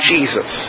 Jesus